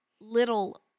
little